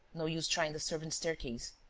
no use trying the servants' staircase.